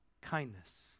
kindness